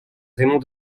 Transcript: raymond